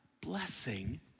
blessing